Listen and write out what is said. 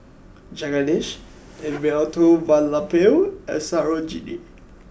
Jagadish Elattuvalapil and Sarojini